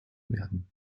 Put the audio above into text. werden